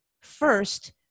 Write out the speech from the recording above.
First